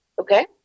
okay